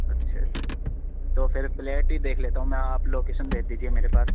اچھا اچھا تو پھر فلیٹ ہی دیکھ لیتا ہوں میں آپ لوکیشن بھیج دیجیے میرے پاس